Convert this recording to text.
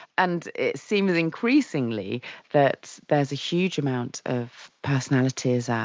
and it seems increasingly that there is a huge amount of personalities, ah